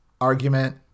argument